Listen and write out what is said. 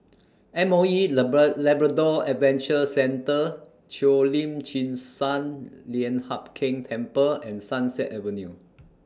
M O E Labrador Adventure Centre Cheo Lim Chin Sun Lian Hup Keng Temple and Sunset Avenue